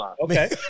Okay